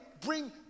Bring